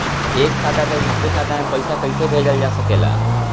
एक खाता से दूसरे खाता मे पइसा कईसे भेजल जा सकेला?